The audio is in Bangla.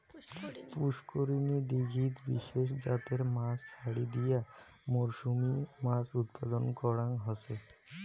পুষ্করিনী, দীঘিত বিশেষ জাতের মাছ ছাড়ি দিয়া মরসুমী মাছ উৎপাদন করাং হসে